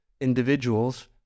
individuals